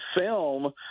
film